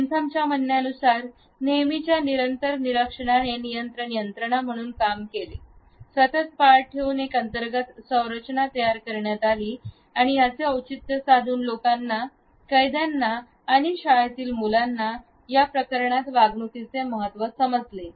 बेंथमच्या म्हणण्यानुसार नेहमीच्या निरंतर निरीक्षणाने नियंत्रण यंत्रणा म्हणून काम केले सतत पाळत ठेवून एक अंतर्गत संरचना तयार करण्यात आली याचे औचित्य साधून लोकांना कैद्यांना आणि शाळेतील मुलांना या प्रकरणात वागणुकीचे महत्व समजले